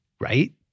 Right